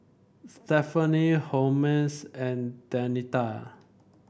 Stephani Holmes and Denita